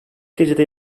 gecede